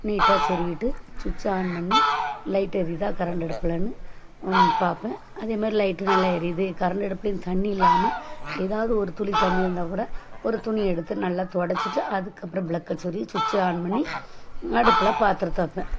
நீட்டாக சொருகிவிட்டு சுவிட்ச்ச ஆன் பண்ணி லைட் எரியுதா கரண்ட் அடுப்பிலனு பார்ப்பேன் அதேமாதிரி லைட்டு நல்லா எரியுது கரண்டு அடுப்புலேயும் தண்ணி இல்லாமல் ஏதாவது ஒரு துளி தண்ணி இருந்தால் கூட ஒரு துணி எடுத்து நல்லா தொடைச்சிட்டு அதுக்கப்புறம் ப்ளக்கை சொருகி சுவிட்ச்ச ஆன் பண்ணி அடுப்பில் பாத்திரத்தை வைப்பேன்